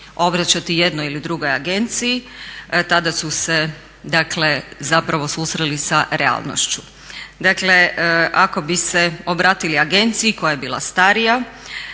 obraćati jednoj ili drugoj agenciji tada su se, dakle zapravo susreli sa realnošću. Dakle, ako bi se obratili agenciji koja je bila starija,